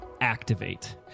Activate